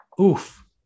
oof